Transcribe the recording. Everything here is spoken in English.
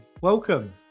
welcome